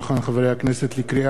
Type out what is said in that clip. לקריאה שנייה ולקריאה שלישית,